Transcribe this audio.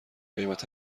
قیمت